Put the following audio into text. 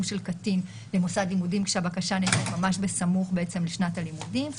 של קטין במוסד לימודים כשהבקשה נעשית ממש בסמוך לשנת הלימודים.